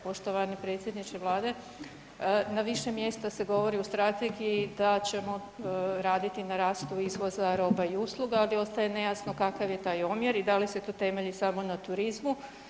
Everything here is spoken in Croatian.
Poštovani predsjedniče Vlade, na više mjesta se govori u strategiji da ćemo raditi na rastu izvoza roba i usluga ali ostaje nejasno kakav je taj omjer i da li se to temelji samo na turizmu.